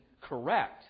correct